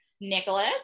Nicholas